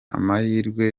amahirwe